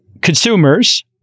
consumers